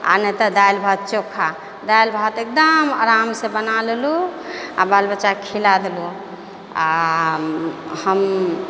आओर नहि तऽ दालि भात चोखा दालि भात एकदम आरामसँ बना लेलहुँ आओर बाल बच्चाके खिला देलहुँ आओर हम